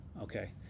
okay